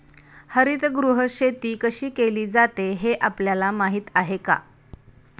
हरितगृह शेती कशी केली जाते हे आपल्याला माहीत आहे का?